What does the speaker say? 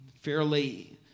fairly